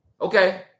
okay